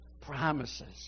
promises